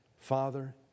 Father